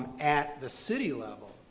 at the city level,